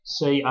say